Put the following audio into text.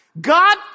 God